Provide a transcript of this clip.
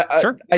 Sure